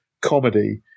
comedy